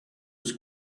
was